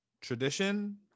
tradition